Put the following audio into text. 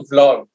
Vlog